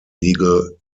legal